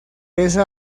esa